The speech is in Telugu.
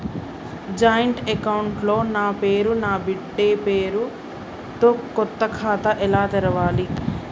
జాయింట్ అకౌంట్ లో నా పేరు నా బిడ్డే పేరు తో కొత్త ఖాతా ఎలా తెరవాలి?